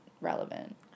relevant